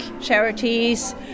charities